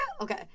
Okay